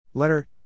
Letter